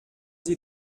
sie